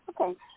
Okay